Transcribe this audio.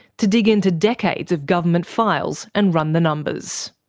to dig into decades of government files and run the numbers.